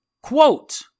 quote